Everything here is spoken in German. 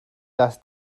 dass